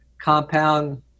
compound